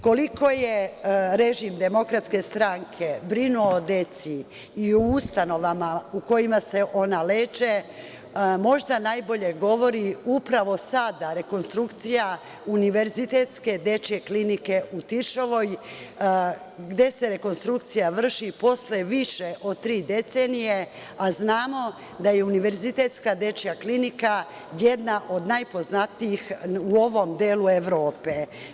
Koliko je režim DS brinuo o deci i o ustanovama u kojima se ona leče možda najbolje govori upravo sada rekonstrukcija Univerzitetske dečije klinike u Tiršovoj, gde se rekonstrukcija vrši posle više od tri decenije, a znamo da je Univerzitetska dečija klinika jedna od najpoznatijih u ovom delu Evrope.